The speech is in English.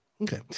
Okay